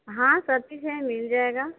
हाँ सब चीज है मिल जाएगा